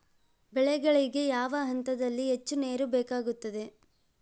ಬೆಳೆಗಳಿಗೆ ಯಾವ ಹಂತದಲ್ಲಿ ಹೆಚ್ಚು ನೇರು ಬೇಕಾಗುತ್ತದೆ?